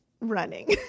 running